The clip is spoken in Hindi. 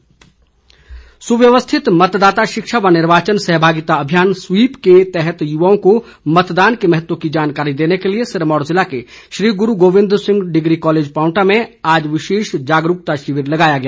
जागरूकता सुव्यवस्थित मतदाता शिक्षा व निर्वाचन सहभागिता अभियान स्वीप के तहत युवाओं को मतदान के महत्व की जानकारी देने के लिए सिरमौर जिले के श्री गुरु गोविंद सिंह डिग्री कॉलेज पांवटा में आज विशेष जागरूकता शिविर लगाया गया